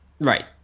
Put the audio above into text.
Right